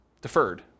deferred